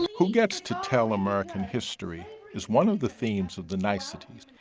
who gets to tell american history is one of the themes of the niceties.